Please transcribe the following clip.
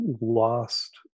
lost